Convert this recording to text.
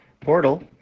portal